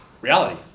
reality